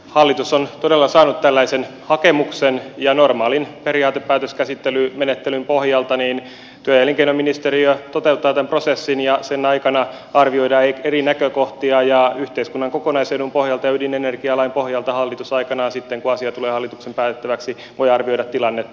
hallitus on todella saanut tällaisen hakemuksen ja normaalin periaatepäätöksen käsittelymenettelyn pohjalta työ ja elinkeinoministeriö toteuttaa tämän prosessin ja sen aikana arvioidaan eri näkökohtia ja yhteiskunnan kokonaisedun pohjalta ja ydinenergialain pohjalta hallitus aikanaan sitten kun asia tulee hallituksen päätettäväksi voi arvioida tilannetta